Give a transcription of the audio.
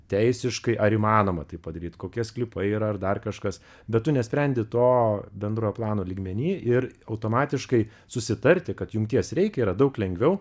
teisiškai ar įmanoma tai padaryt kokie sklypai yra ar dar kažkas bet tu nesprendi to bendrojo plano lygmeny ir automatiškai susitarti kad jungties reikia yra daug lengviau